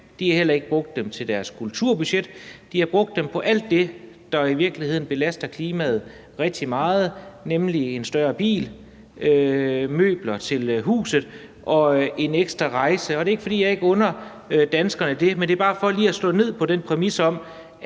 de har heller ikke brugt dem på deres kulturbudget; de har brugt på dem alt det, der i virkeligheden belaster klimaet rigtig meget, nemlig en stor bil, møbler til huset og en ekstra rejse. Og det er ikke, fordi jeg ikke under danskerne det, men det er bare for lige at slå ned på den præmis om,